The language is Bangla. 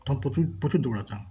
তখন প্রচুর প্রচুর দৌড়াতাম